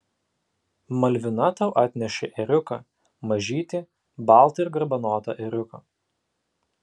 malvina tau atnešė ėriuką mažytį baltą ir garbanotą ėriuką